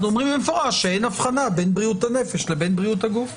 אנחנו אומרים במפורש שאין הבחנה בין בריאות הנפש לבין בריאות הגוף.